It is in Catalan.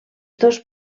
dos